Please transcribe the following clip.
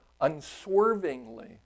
Unswervingly